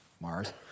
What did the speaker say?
Mars